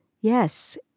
Yes